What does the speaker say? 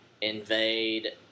Invade